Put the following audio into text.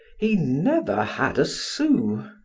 he never had a sou.